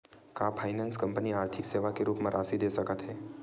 का finance company आर्थिक सेवा के रूप म राशि दे सकत हे?